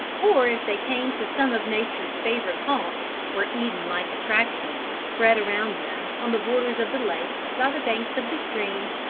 or if they came to some of nature's favored haunts, where eden-like attractions were spread around them, on the borders of the lake, by the banks of the stream,